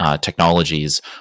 Technologies